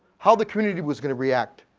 how the community was gonna react?